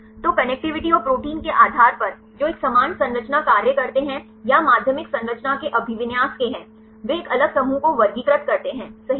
तो कनेक्टिविटी और प्रोटीन के आधार पर जो एक समान संरचना कार्य करते हैं या माध्यमिक संरचना के अभिविन्यास के हैं वे एक अलग समूह को वर्गीकृत करते हैं सही